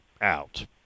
out